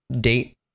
date